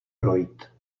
projít